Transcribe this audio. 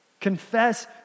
Confess